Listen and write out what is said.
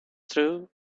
through